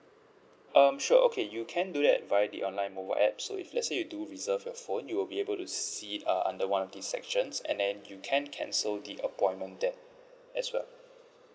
um sure okay you can do that via the online mobile app so if let's say you do reserve your phone you will be able to see it uh under one of the sections and then you can cancel the appointment there as well